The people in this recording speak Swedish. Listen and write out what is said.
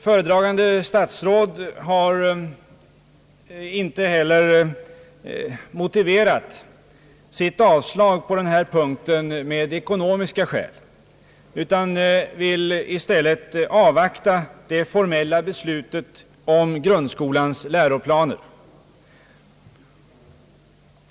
Föredragande statsråd har inte heller motiverat sitt avslag på denna punkt med ekonomiska skäl utan vill i stället avvakta det formella beslutet om grundskolans läroplaner.